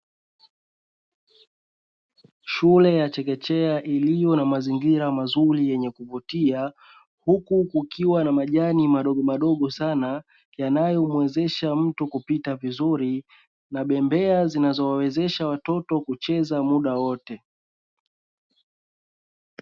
Shule ya chekechea iliyo na mazingira mazuri yenye kuvutia, huku kukiwa na majani madogomadogo sana yanayomwezesha mtu kupita vizuri, na bembea zinazowawezesha watoto kucheza muda wote.